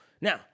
now